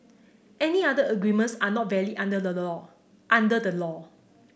any other agreements are not valid under the law under the law